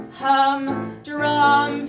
humdrum